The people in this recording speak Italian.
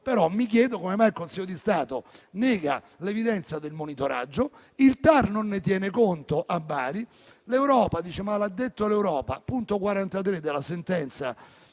però mi chiedo come mai il Consiglio di Stato neghi l'evidenza del monitoraggio, il TAR non ne tenga conto a Bari e l'Europa ("l'ha detto l'Europa") al punto 43 della sentenza